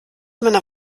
meiner